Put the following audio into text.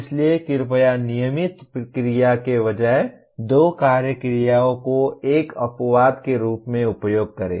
इसलिए कृपया नियमित क्रिया के बजाय दो कार्य क्रियाओं को एक अपवाद के रूप में उपयोग करें